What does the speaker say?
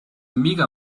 mega